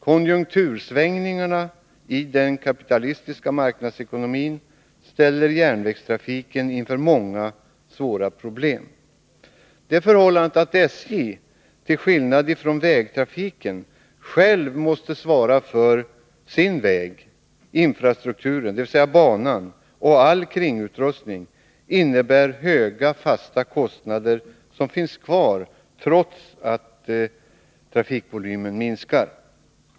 Konjunktursvängningarna i den kapitalistiska marknadsekonomin ställer järnvägstrafiken inför många svåra problem. Det förhållandet att SJ till skillnad från vägtrafiken måste svara för sin del av infrastrukturen, dvs. banan och all kringutrustning, innebär höga fasta kostnader, som finns kvar trots att trafikvolymen minskar.